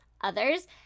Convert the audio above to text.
others